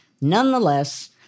nonetheless